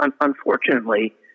Unfortunately